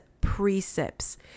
precepts